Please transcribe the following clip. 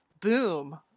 boom